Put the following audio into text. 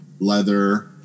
Leather